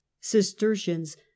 Cistercians